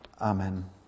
Amen